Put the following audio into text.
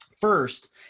First